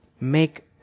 make